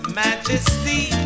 majesty